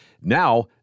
Now